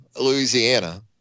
Louisiana